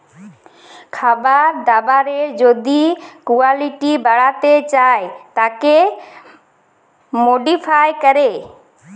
খাবার দাবারের যদি কুয়ালিটি বাড়াতে চায় তাকে মডিফাই ক্যরে